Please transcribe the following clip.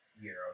Euro